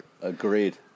Agreed